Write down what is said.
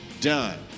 done